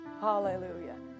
Hallelujah